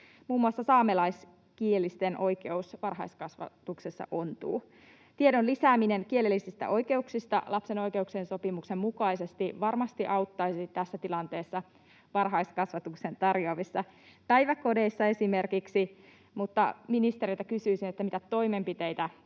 Muun muassa saamelaiskielisten oikeus omakieliseen varhaiskasvatukseen ontuu. Tiedon lisääminen kielellisistä oikeuksista lapsen oikeuksien sopimuksen mukaisesti varmasti auttaisi tässä tilanteessa varhaiskasvatuksen tarjoavissa päiväkodeissa esimerkiksi. Mutta ministeriltä kysyisin: mitä toimenpiteitä